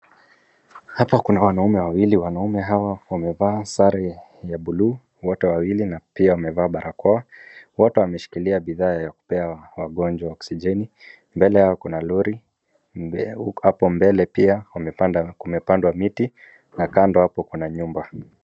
Hapa kuna wanaume wawili, wanaume hawa wamevaa sare ya bluu wote wawilina pia wamevaa barakoa. Wote wameshikilia bidhaa ya kupea wagonjwa Oksijeni. Mbele yao kuna lori hapo mbele pia kumepandwa miti na kando hapo kuna nyumba.